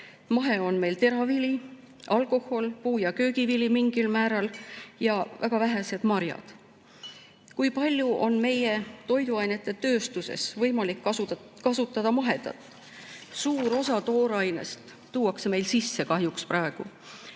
mahe on meil teravili, alkohol, puu- ja köögivili mingil määral ja väga vähesed marjad. Kui palju on meie toiduainetööstuses võimalik kasutada mahe[toorainet]? Suur osa toorainest tuuakse meile kahjuks praegu